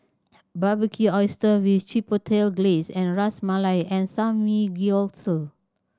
Barbecued Oyster with Chipotle Glaze Ras Malai and Samgyeopsal